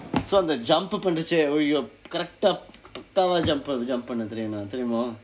so அந்த:antha jump பண்ணும்போது:pannumpothu !aiyo! correct ah pakka jump பண்ணனும்:pannanum jump பண்ணனும் தெரியுமா தெரியுமா:pannum theriyumaa theriyumaa